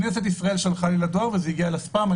כנסת ישראל שלחה לי לדואר וזה הגיע לספאם.